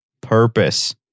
purpose